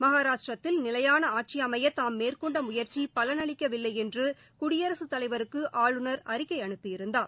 மகாராஷ்டிராத்தில் நிலையான ஆட்சி அமைய தாம் மேற்கொண்ட முயற்சி பலனளிக்கவில்லை என்று குடியரசுத் தலைவருக்கு ஆளுநர் அறிக்கை அனுப்பியிருந்தார்